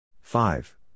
five